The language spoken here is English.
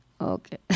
Okay